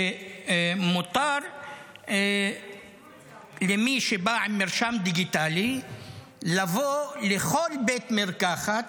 שמותר למי שבא עם מרשם דיגיטלי לבוא לכל בית מרקחת,